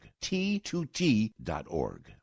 T2T.org